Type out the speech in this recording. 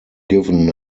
given